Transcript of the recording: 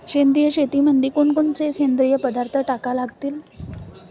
सेंद्रिय शेतीमंदी कोनकोनचे सेंद्रिय पदार्थ टाका लागतीन?